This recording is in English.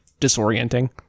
disorienting